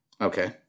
Okay